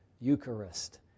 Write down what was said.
Eucharist